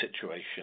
situation